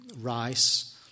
rice